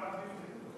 כמה שפחות ערבים זה טוב.